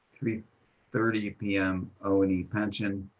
three thirty p m, o and e pension,